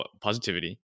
positivity